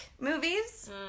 movies